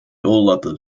others